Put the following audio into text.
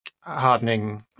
hardening